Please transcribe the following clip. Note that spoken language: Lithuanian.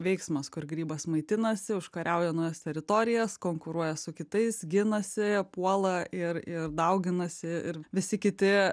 veiksmas kur grybas maitinasi užkariauja naujas teritorijas konkuruoja su kitais ginasi puola ir ir dauginasi ir visi kiti